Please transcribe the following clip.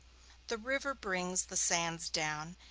the river brings the sands down,